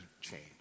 change